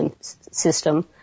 system